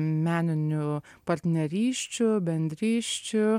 meninių partnerysčių bendrysčių